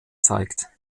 zeigt